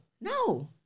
No